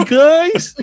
guys